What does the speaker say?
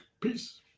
Peace